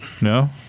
No